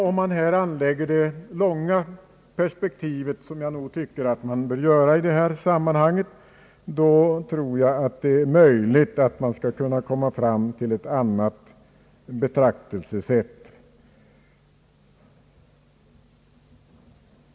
Om man däremot anlägger det långa perspektivet — som jag nog tycker att man bör göra i detta sammanhang — tror jag att det är möjligt att komma fram till ett annat betraktelsesätt.